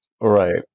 Right